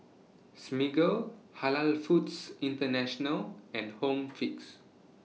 Smiggle Halal Foods International and Home Fix